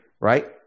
right